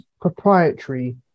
proprietary